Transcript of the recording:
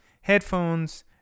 headphones